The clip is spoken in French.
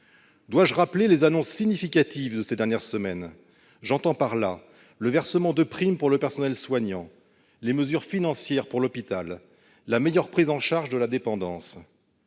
Dois-je rappeler les annonces significatives de ces dernières semaines ? J'entends par là le versement de primes pour les personnels soignants, les mesures financières pour l'hôpital, la meilleure prise en charge de la dépendance.